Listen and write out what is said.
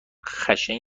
خشن